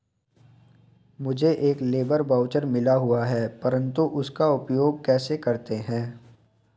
मुझे एक labour voucher मिला हुआ है परंतु उसका उपयोग कैसे करते हैं?